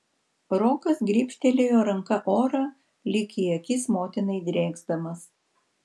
rokas grybštelėjo ranka orą lyg į akis motinai drėksdamas